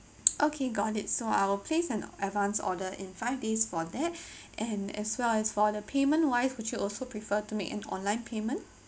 okay got it so I'll place an advance order in five days for that and as well as for the payment wise would you also prefer to make an online payment